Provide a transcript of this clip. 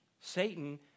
Satan